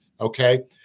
Okay